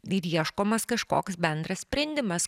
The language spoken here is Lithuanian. ir ieškomas kažkoks bendras sprendimas